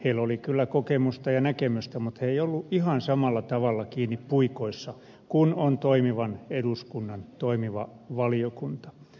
heillä oli kyllä kokemusta ja näkemystä mutta he eivät olleet ihan samalla tavalla kiinni puikoissa kuin on toimivan eduskunnan toimiva valiokunta